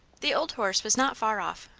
the old horse was not far off,